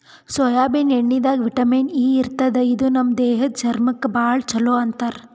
soybean ಎಣ್ಣಿದಾಗ್ vitamin E ಇರ್ತದ್ ಇದು ನಮ್ ದೇಹದ್ದ್ ಚರ್ಮಕ್ಕಾ ಭಾಳ್ ಛಲೋ ಅಂತಾರ್